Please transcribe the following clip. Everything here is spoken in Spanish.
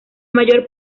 mayor